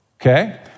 okay